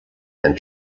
and